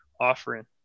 offering